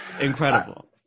Incredible